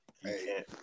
hey